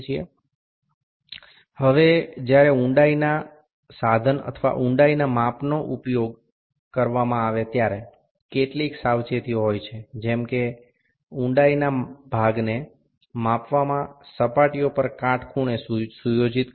গভীরতার উপকরণ বা গভীরতা পরিমাপক ব্যবহার করার সময় কিছু নির্দিষ্ট সতর্কতা রয়েছে যেমন পরিমাপ করার পৃষ্ঠটি গভীরতার অংশের সাপেক্ষে লম্ব ভাবে রাখতে হবে